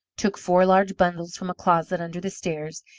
took four large bundles from a closet under the stairs,